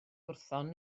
wrthon